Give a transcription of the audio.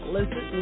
Listen